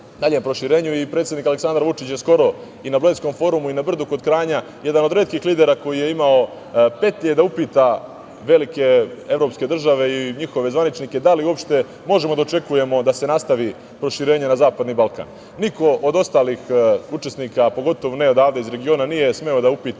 daljem proširenju. Predsednik Aleksandar Vučić je skoro i na Bledskom forumu i na Brdu kod Kranja, jedan od retkih lidera koji je imao petlje da upita velike evropske države i njihove zvaničnike - da li uopšte možemo da očekujemo da se nastavi proširenje na zapadni Balkan? Niko od ostalih učesnika, pogotovo ne odavde iz regiona, nije smeo da uputa